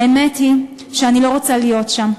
האמת היא שאני לא רוצה להיות שם,